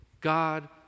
God